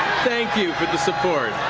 thank you for the support.